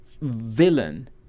villain